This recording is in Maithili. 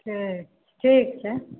ठीक ठीक छै